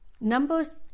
numbers